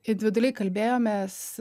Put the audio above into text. individualiai kalbėjomės